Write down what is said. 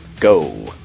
go